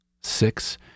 Six